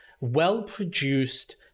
well-produced